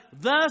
thus